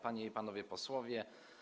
Panie i Panowie Posłowie!